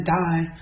die